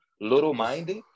little-minded